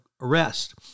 arrest